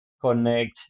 connect